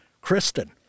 Kristen